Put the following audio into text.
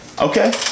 Okay